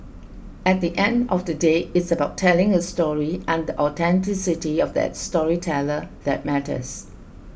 at the end of the day it's about telling a story and the authenticity of that storyteller that matters